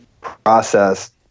process